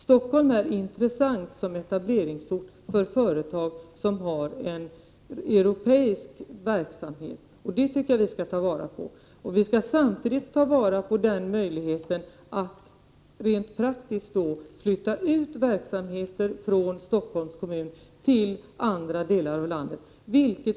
Stockholm är intressant som etableringsort för företag som har en europeisk verksamhet, och det tycker jag att vi skall ta vara på. Vi skall samtidigt ta vara på möjligheten att rent praktiskt flytta ut verksamheter från Stockholms kommun till andra delar av landet.